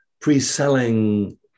pre-selling